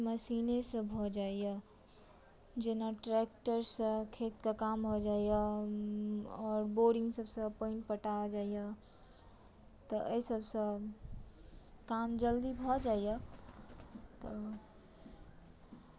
आब सभटा काज भऽ जाइया जेना ट्रेक्टर सँ खेतकेँ काम भऽ जाइया और बोरिंग सभसँ पानि पटा जाइया तऽ एहि सब सॅं सब काज जल्दी भऽ जाइया